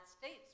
States